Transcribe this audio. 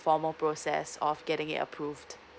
formal process of getting it approved